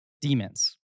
Demons